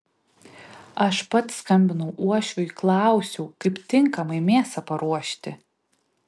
aš pats skambinau uošviui klausiau kaip tinkamai mėsą paruošti